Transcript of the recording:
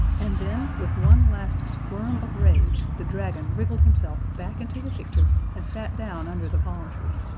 and then, with one last squirm of rage, the dragon wriggled himself back into the picture and sat down under the palm tree,